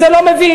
את זה לא מביאים.